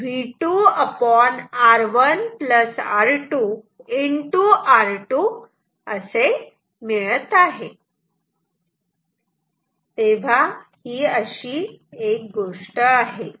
तर अशी ही एक गोष्ट आहे